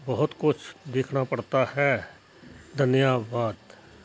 ਬਹੁਤ ਕੁਛ ਦੇਖਣਾ ਪੜਤਾ ਹੈ ਧੰਨਵਾਦ